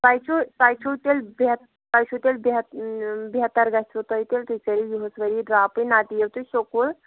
تۄہہِ چھُو تۄہہِ چھُو تیٚلہِ بہ تۄہہِ چھُو تیٚلہِ بہتر گَژھوٕ تۄہہِ تیٚلہِ تُہۍ کٔرِو یِہُس ؤری ڈرٛاپٕے نَتہٕ یِیو تُہۍ سکوٗل